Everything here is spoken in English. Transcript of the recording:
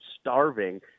starving